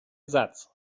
satz